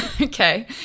Okay